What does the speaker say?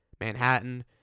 Manhattan